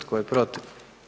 Tko je protiv?